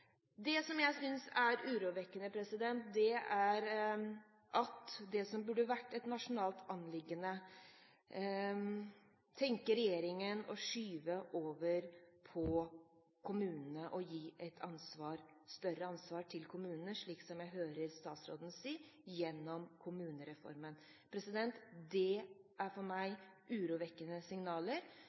Det jeg synes er urovekkende, er at regjeringen tenker å skyve det som burde vært et nasjonalt anliggende, over på kommunene og gi dem et større ansvar – slik jeg hører statsråden si – gjennom kommunereformen. Det er for meg urovekkende signaler